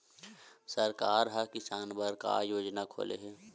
सरकार ह किसान बर का योजना खोले हे?